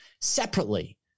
separately